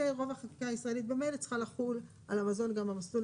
רוב החקיקה הישראלית ממילא צריכה לחול על המזון גם במסלול